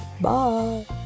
Bye